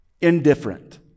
indifferent